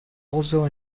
also